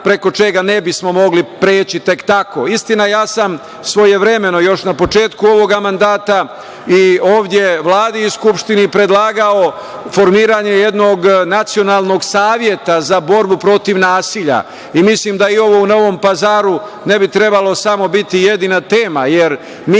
preko čega ne bismo mogli preći tek tako. Istina, ja sam svojevremeno, još na početku ovog mandata ovde i Vladi i Skupštini predlagao formiranje jednog nacionalnog saveta za borbu protiv nasilja. Mislim da ovo u Novom Pazaru ne bi trebalo samo biti jedina tema, jer mi